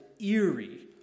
eerie